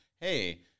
Hey